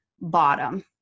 bottom